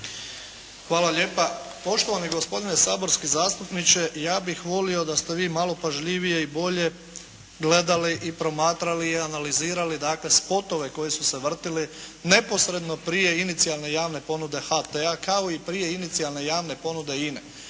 Hvala lijepa. Poštovani gospodine saborski zastupniče, ja bih volio da ste vi malo pažljivije i bolje gledali i promatrali i analizirali spotove koji su se vrtili neposredno prije inicijalne ponude HT-a, kao i prije inicijalne javne ponude INA-e.